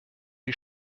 die